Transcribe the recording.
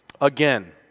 Again